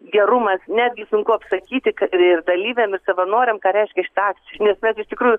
gerumas netgi sunku apsakyti ką ir dalyviam ir savanoriam ka reiškią šita akcija nes mes iš tikrųjų